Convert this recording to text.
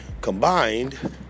combined